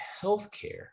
healthcare